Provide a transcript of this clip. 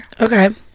Okay